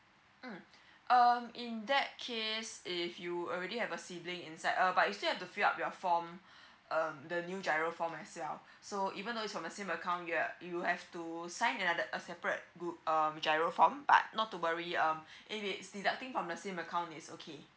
mm um in that case if you already have a sibling inside um but you still have to fill up your form um the new giro form as well so even though is from the same account you're you have to sign another a separate group uh giro form but not to worry um it is deducting from the same account is okay